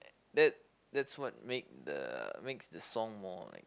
that that's what make the makes the song more like